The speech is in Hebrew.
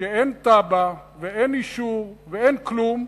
שאין תב"ע, אין אישור ואין כלום,